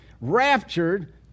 raptured